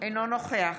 אינו נוכח